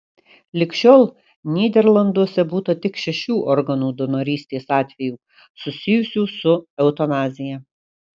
lig šiol nyderlanduose būta tik šešių organų donorystės atvejų susijusių su eutanazija